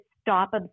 stop